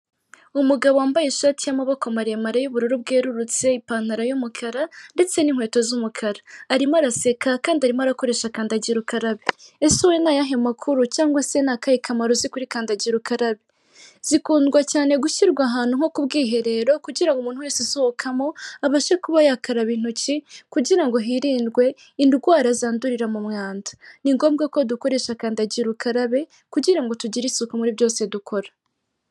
umugabo wambaye ishati y'amaboko maremare y’ubururu bwerurutse ipantaro y'umukara ndetse n'inkweto z'umukara, arimo araseka kandi arimo arakoresha kandagira ukarabe. Ese wowe ni ayahe makuru cyangwa se ni akahe kamaro uzi ka kandagira ukarabe zikundwa cyane gushyirwa ahantu nko ku bwiherero kugira umuntu wese usohokamo abashe kuba yakaraba intoki kugira ngo hirindwe indwara zandurira mu mwanda ni ngombwa ko dukoresha kandagira ukarabe kugira ngo tugire isuku muri byose dukora.